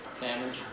damage